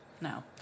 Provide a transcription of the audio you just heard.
No